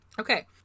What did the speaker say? Okay